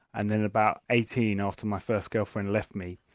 and then about eighteen after my first girlfriend left me,